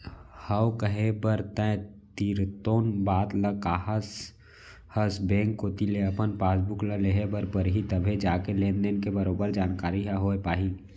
हव कहे बर तैं सिरतोन बात ल काहत हस बेंक कोती ले अपन पासबुक ल लेहे बर परही तभे जाके लेन देन के बरोबर जानकारी ह होय पाही